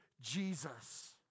Jesus